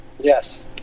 Yes